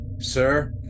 Sir